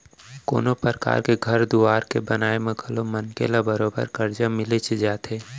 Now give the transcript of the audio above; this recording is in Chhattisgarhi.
कोनों परकार के घर दुवार के बनाए म घलौ मनखे ल बरोबर करजा मिलिच जाथे